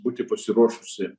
būti pasiruošusi